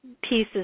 pieces